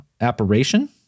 Apparition